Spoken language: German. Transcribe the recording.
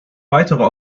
weitere